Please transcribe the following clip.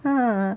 ah